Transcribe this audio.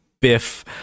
Biff